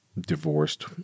divorced